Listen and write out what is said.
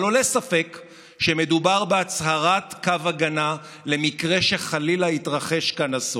אבל עולה ספק שמא מדובר בהצהרת קו הגנה למקרה שחלילה יתרחש כאן אסון.